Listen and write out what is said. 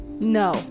No